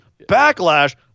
Backlash